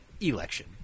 election